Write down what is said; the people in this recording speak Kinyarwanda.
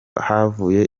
havuye